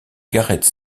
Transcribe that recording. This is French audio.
gareth